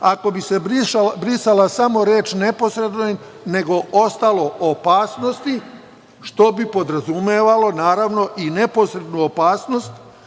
Ako bi se brisala samo reč „neposrednoj“ nego ostalo „opasnosti“, što bi podrazumevalo, naravno, i neposrednu opasnost,